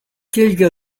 quelques